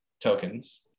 tokens